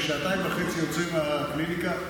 לקליניקה,